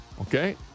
okay